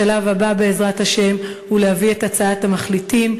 השלב הבא, בעזרת השם, הוא להביא את הצעת המחליטים.